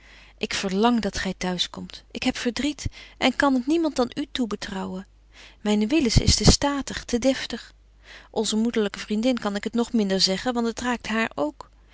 ik verlang dat gy t'huis komt ik heb verdriet en ik kan het niemand dan u toebetrouwen myne willis is te statig te deftig onze moederlyke vriendin kan ik het nog minder zeggen want het raakt haar ook